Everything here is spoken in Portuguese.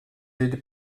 ele